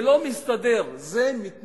זה לא מסתדר, זה מתנגש